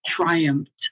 triumphed